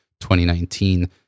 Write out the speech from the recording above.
2019